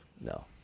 No